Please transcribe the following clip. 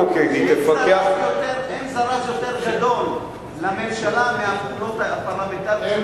אין זרז יותר גדול לממשלה מהפעילויות הפרלמנטריות,